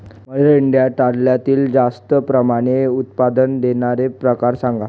mother India तांदळातील जास्त प्रमाणात उत्पादन देणारे प्रकार सांगा